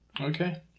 Okay